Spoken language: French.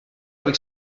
avec